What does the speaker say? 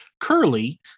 Curly